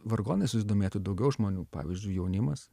vargonais susidomėtų daugiau žmonių pavyzdžiui jaunimas